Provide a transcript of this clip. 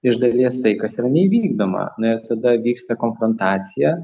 iš dalies tai kas yra neįvykdoma na ir tada vyksta konfrontacija